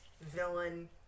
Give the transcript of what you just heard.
villain